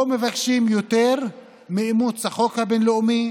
מבקשים יותר מאימוץ החוק הבין-לאומי,